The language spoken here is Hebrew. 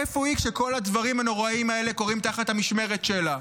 איפה היא כשכל הדברים הנוראיים האלה קורים תחת המשמרת שלה?